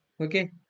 Okay